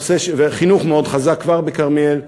והחינוך כבר מאוד חזק בכרמיאל,